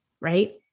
Right